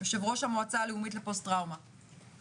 יושב-ראש המועצה הלאומית לפוסט טראומה.